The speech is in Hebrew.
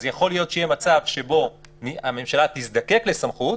אז יכול להיות שיהיה מצב שבו הממשלה תזדקק לסמכות,